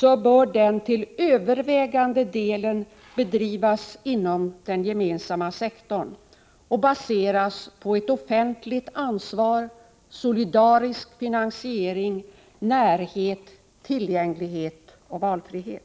bör denna till övervägande delen bedrivas inom den gemensamma sektorn och baseras på ett offentligt ansvar, solidarisk finansiering, närhet, tillgänglighet och valfrihet.